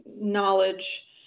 knowledge